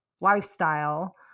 lifestyle